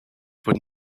would